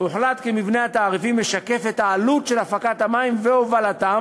הוחלט כי מבנה התעריפים משקף את העלות של הפקת המים והובלתם,